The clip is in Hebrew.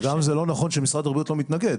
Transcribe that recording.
זה גם לא נכון שמשרד הבריאות לא מתנגד.